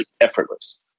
effortless